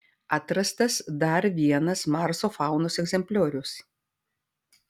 atrastas dar vienas marso faunos egzempliorius